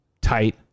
tight